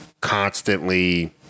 constantly